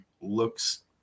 Looks